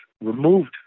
removed